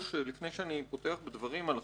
לפני שאני פותח בדברים על החוק הזה,